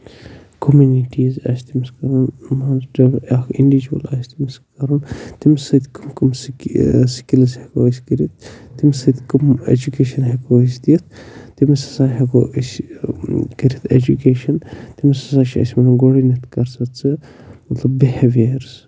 communities آسہِ تٔمِس کَرُن مان ژٕ اکھ اِنٛڈیٖجوَل آسہِ تٔمِس کَرُن تٔمِس سۭتۍ کَم کَم سِکہِ سِکِلٕز ہٮ۪کو أسۍ کٔرِتھ تٔمِس سۭتۍ کَم اٮ۪جُکیشَن ہٮ۪کو أسۍ دِتھ تٔمِس ہسا ہٮ۪کو أسۍ کٔرِتھ اٮ۪جُکیشَن تٔمِس ہسا چھِ اَسہِ وَنُن گۄڈٕنٮ۪تھ کَر سا ژٕ مطلب بِہیوِیٲرٕس